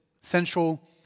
central